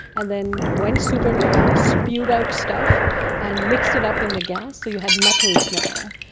and then went supernova spewed out stuff and mixed it up in the gas, so you had metals now,